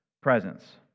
presence